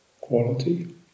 quality